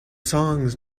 songs